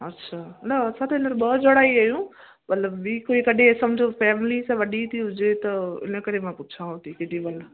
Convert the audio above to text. अछा न असां न हींअर ॿ जणा ई आहियूं मतिलबु ॿी कोई कॾी सम्झो फ़ैमिली स वॾी थी हुजे त इन करे मां पुछांव थी केॾीमहिल